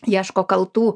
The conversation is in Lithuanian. ieško kaltų